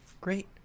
Great